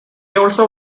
also